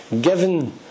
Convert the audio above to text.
given